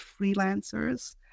freelancers